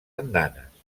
andanes